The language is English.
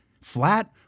flat